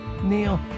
Neil